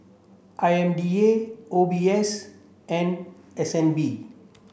I M D A O B S and S N B